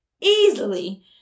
easily